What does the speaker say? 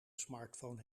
smartphone